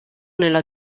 nella